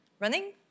Running